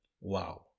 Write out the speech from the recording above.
wow